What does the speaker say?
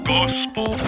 Gospel